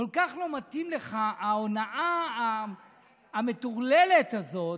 כל כך לא מתאימה לך ההונאה המטורללת הזאת,